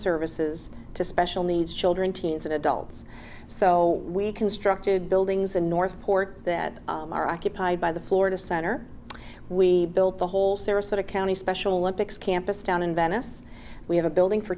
services to special needs children teens and adults so we constructed buildings in north port that are occupied by the florida center we built the whole sarasota county special olympics campus down in venice we have a building for